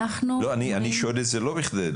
אני שואל את זה לא בכדי.